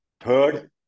Third